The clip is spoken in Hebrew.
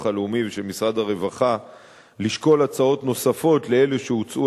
הלאומי ושל משרד הרווחה לשקול הצעות נוספות לאלו שהוצעו